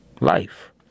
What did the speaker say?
life